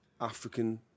African